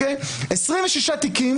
26 תיקים,